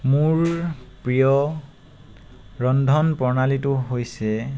মোৰ প্ৰিয় ৰন্ধন প্ৰণালীটো হৈছে